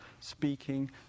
speaking